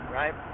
right